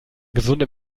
gesunde